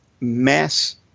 mass